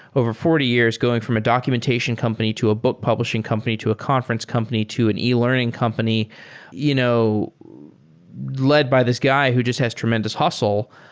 over forty years going from a documentation company, to a book publishing company, to a conference company, to an e-learning company you know let by this guy who just has tremendous hustle.